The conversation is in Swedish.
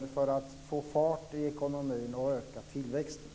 Det gäller att få fart i ekonomin och öka tillväxten.